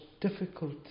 difficult